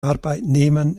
arbeitnehmern